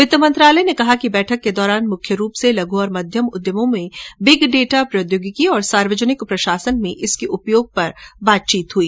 वित्त मंत्रालय ने कहा कि बैठक के दौरान मुख्य रूप से लघ् और मध्यम उद्यमों में बिग डेटा प्रोद्योगिकी और सार्वजनिक प्रशासन में इनके उपयोग पर बातचीत हुई